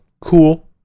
cool